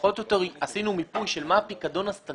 פחות או יותר עשינו מיפוי של מה הפיקדון הסטנדרטי